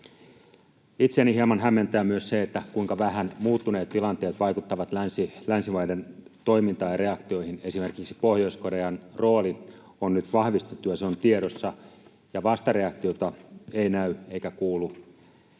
Itseäni hieman hämmentää myös se, kuinka vähän muuttuneet tilanteet vaikuttavat länsimaiden toimintaan ja reaktioihin. Esimerkiksi Pohjois-Korean rooli on nyt vahvistettu ja se on tiedossa, ja vastareaktiota ei näy eikä kuulu.